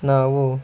ನಾವು